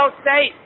State